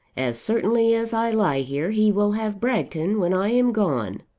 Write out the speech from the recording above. as certainly as i lie here he will have bragton when i am gone.